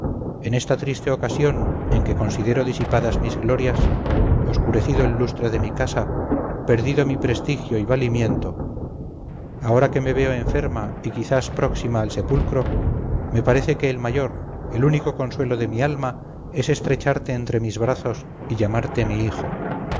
en esta triste ocasión en que considero disipadas mis glorias oscurecido el lustre de mi casa perdido mi prestigio y valimiento ahora que me veo enferma y quizás próxima al sepulcro me parece que el mayor el único consuelo de mi alma es estrecharte entre mis brazos y llamarte mi hijo